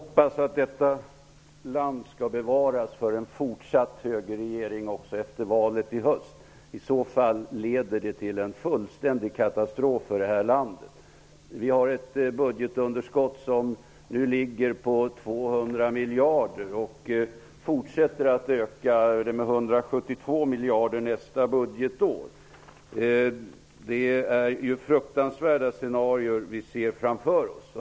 Herr talman! Jag hoppas att detta land skall bevaras från en fortsatt högerregering också efter valet i höst. Annars kommer det att leda till en fullständig katastrof för landet. Budgetunderskottet ligger nu på 200 miljarder och fortsätter att öka med 172 miljarder nästa budgetår. Det är fruktansvärda scenarior som vi ser framför oss.